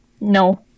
No